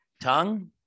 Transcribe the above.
Tongue